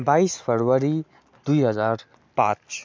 बाइस फरवरी दुई हजार पाँच